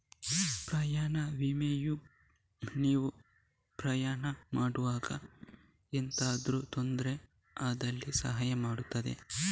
ಪ್ರಯಾಣ ವಿಮೆಯು ನೀವು ಪ್ರಯಾಣ ಮಾಡುವಾಗ ಎಂತಾದ್ರೂ ತೊಂದ್ರೆ ಆದಲ್ಲಿ ಸಹಾಯ ಮಾಡ್ತದೆ